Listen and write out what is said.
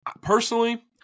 personally